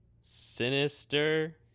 Sinister